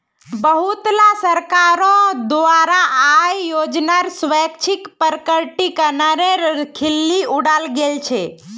बहुतला सरकारोंर द्वारा आय योजनार स्वैच्छिक प्रकटीकरनेर खिल्ली उडाल गेल छे